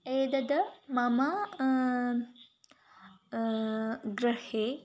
एदद् मम गृहे